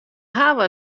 hawwe